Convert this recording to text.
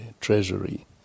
treasury